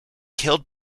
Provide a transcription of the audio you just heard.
killed